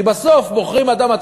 כי בסוף בוחרים אדם,